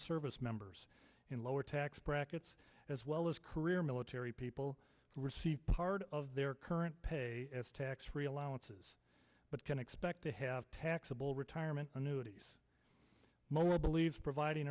service members in lower tax brackets as well as career military people receive part of their current pay as tax free allowance is but can expect to have taxable retirement annuities moeller believes providing